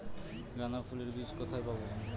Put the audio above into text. গাঁদা ফুলের বীজ কোথায় পাবো?